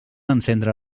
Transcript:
encendre